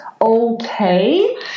okay